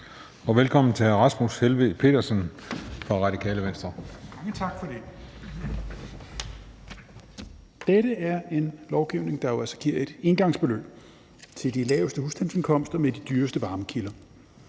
(Ordfører) Rasmus Helveg Petersen (RV): Tak for det. Dette er et lovforslag, der jo altså giver et engangsbeløb til de laveste husstandsindkomster med de dyreste varmekilder.